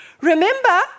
Remember